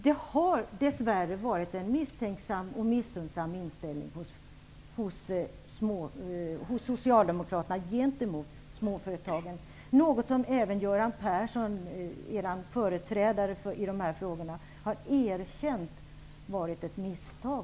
Det har dess värre varit en misstänksam och missunnsam inställning hos socialdemokraterna gentemot småföretagen, något som även Göran Persson, socialdemokraternas företrädare i dessa frågor, har erkänt varit ett misstag.